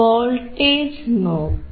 voltage നോക്കൂ